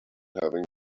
having